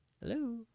Hello